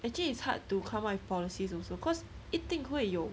actually its hard to come up with policies also cause 一定会有